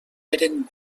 eren